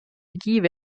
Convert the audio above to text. strategie